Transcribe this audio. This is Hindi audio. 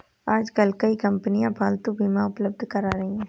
आजकल कई कंपनियां पालतू बीमा उपलब्ध करा रही है